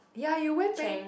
ya you went bang